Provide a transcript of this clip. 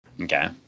Okay